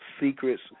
secrets